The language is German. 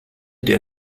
der